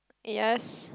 yes